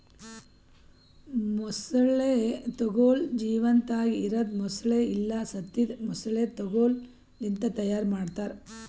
ಮೊಸಳೆ ತೊಗೋಲ್ ಜೀವಂತಾಗಿ ಇರದ್ ಮೊಸಳೆ ಇಲ್ಲಾ ಸತ್ತಿದ್ ಮೊಸಳೆ ತೊಗೋಲ್ ಲಿಂತ್ ತೈಯಾರ್ ಮಾಡ್ತಾರ